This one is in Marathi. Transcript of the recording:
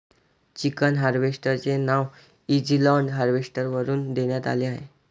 चिकन हार्वेस्टर चे नाव इझीलोड हार्वेस्टर वरून देण्यात आले आहे